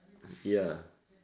ya